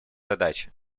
задаче